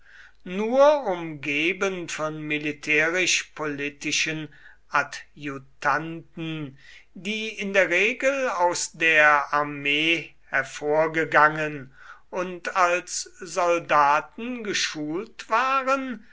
nur umgeben von militärisch politischen adjutanten die in der regel aus der armee hervorgegangen und als soldaten geschult waren